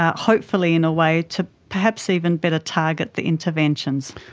ah hopefully in a way to perhaps even better target the interventions.